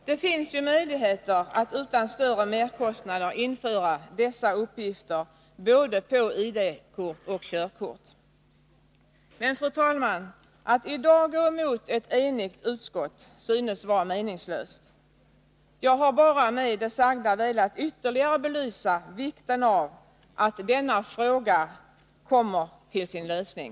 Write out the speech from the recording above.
Det finns ju möjligheter att utan större merkostnader införa dessa uppgifter både på ID-kort och på körkort. Men, fru talman, att i dag gå emot ett enigt utskott synes vara meningslöst. Jag har bara med det sagda velat ytterligare belysa vikten av att denna fråga kommer till sin lösning.